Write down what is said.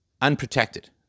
unprotected